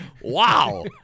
Wow